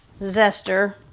zester